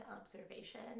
observation